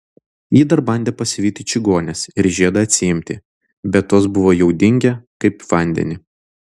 ji dar bandė pasivyti čigones ir žiedą atsiimti bet tos buvo jau dingę kaip vandeny